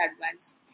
advance